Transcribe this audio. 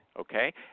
Okay